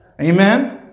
Amen